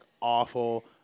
awful